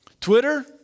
Twitter